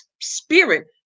spirit